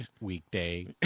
weekday